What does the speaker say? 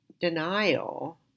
denial